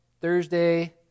Thursday